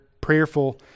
prayerful